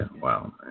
wow